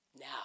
now